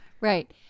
right